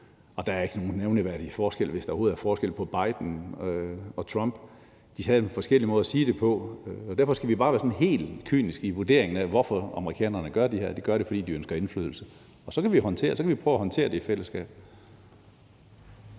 og der er ikke nogen nævneværdig forskel, hvis der overhovedet er forskel, på Biden og Trump. De har bare nogle forskellige måder at sige det på. Derfor skal vi bare være helt kyniske i vurderingen af, hvorfor amerikanerne gør det her – de gør det, fordi de ønsker indflydelse – og så kan vi prøve at håndtere det i fællesskab.